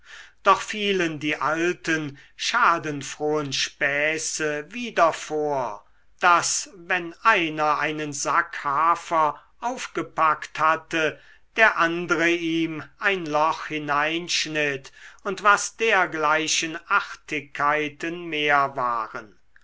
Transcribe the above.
doch fielen die alten schadenfrohen späße wieder vor daß wenn einer einen sack hafer aufgepackt hatte der andre ihm ein loch hineinschnitt und was dergleichen artigkeiten mehr waren